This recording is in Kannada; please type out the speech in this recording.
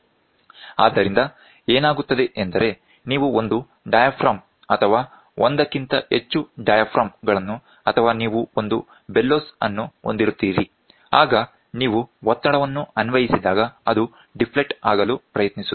ಆದ್ದರಿಂದ ಏನಾಗುತ್ತದೆ ಎಂದರೆ ನೀವು ಒಂದು ಡಯಾಫ್ರಾಮ್ ಅಥವಾ ಒಂದಕ್ಕಿಂತ ಹೆಚ್ಚು ಡಯಾಫ್ರಾಮ್ ಗಳನ್ನು ಅಥವಾ ನೀವು ಒಂದು ಬೆಲೋಸ್ಅನ್ನು ಹೊಂದಿರುತ್ತೀರಿ ಆಗ ನೀವು ಒತ್ತಡವನ್ನು ಅನ್ವಯಿಸಿದಾಗ ಅದು ಡಿಫ್ಲೆಕ್ಟ್ ಆಗಲು ಪ್ರಯತ್ನಿಸುತ್ತದೆ